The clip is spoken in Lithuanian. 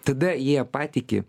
tada jie patiki